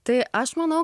tai aš manau